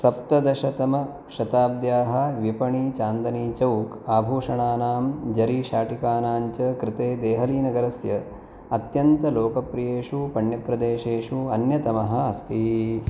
सप्तदशतमशताब्द्याः विपणी चान्दनीचौक् आभूषणानाम् ज़रीशाटिकानां च कृते देहलीनगरस्य अत्यन्तलोकप्रियेषु पण्यप्रदेशेषु अन्यतमः अस्ति